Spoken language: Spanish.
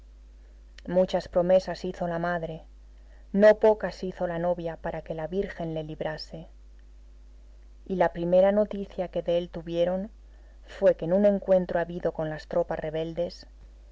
muchas promesas hizo la madre no pocas hizo la novia para que la virgen le librase y la primera noticia que de él tuvieron fue que en un encuentro habido con las tropas rebeldes